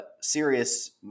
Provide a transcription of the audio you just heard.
serious